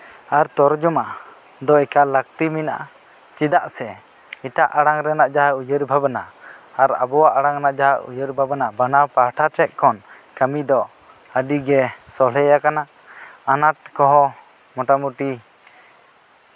ᱟᱨ ᱛᱚᱨᱡᱚᱢᱟ ᱫᱚ ᱮᱠᱟᱞ ᱞᱟᱹᱠᱛᱤ ᱢᱮᱱᱟᱜᱼᱟ ᱪᱮᱫᱟᱜ ᱥᱮ ᱮᱴᱟᱜ ᱟᱲᱟᱝ ᱨᱮᱭᱟᱜ ᱡᱟᱦᱟᱸ ᱩᱭᱦᱟᱹᱨ ᱵᱷᱟᱵᱱᱟ ᱟᱨ ᱟᱵᱚᱣᱟᱜ ᱟᱲᱟᱝ ᱨᱮᱭᱟᱜ ᱡᱟᱦᱟᱸ ᱩᱭᱦᱟᱹᱨ ᱵᱷᱟᱵᱱᱟ ᱵᱟᱱᱟᱨ ᱯᱟᱦᱴᱟ ᱥᱮᱫ ᱠᱷᱚᱱ ᱠᱟᱹᱢᱤ ᱫᱚ ᱟᱹᱰᱤ ᱜᱮ ᱥᱚᱞᱦᱮᱭᱟᱠᱟᱱᱟ ᱟᱱᱟᱴ ᱠᱚᱦᱚᱸ ᱢᱚᱴᱟᱢᱩᱴᱤ